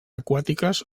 aquàtiques